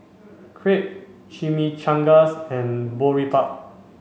Crepe Chimichangas and Boribap